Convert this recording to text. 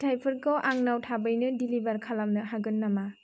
फिथाइफोरखौ आंनाव थाबैनो डेलिभार खालामनो हागोन नामा